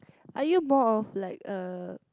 are you more of like a